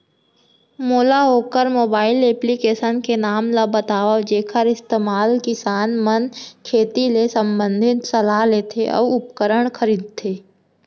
मोला वोकर mobile application के नाम ल बतावव जेखर इस्तेमाल किसान मन खेती ले संबंधित सलाह लेथे अऊ उपकरण खरीदथे?